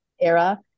era